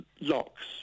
locks